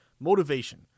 motivation